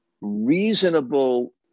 reasonable